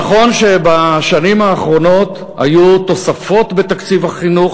נכון שבשנים האחרונות היו תוספות בתקציב החינוך,